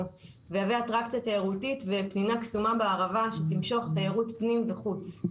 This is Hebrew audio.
ויהווה אטרקציה תיירותית ופנינה קסומה בערבה שתמשוך תיירות פנים וחוץ.